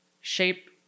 shape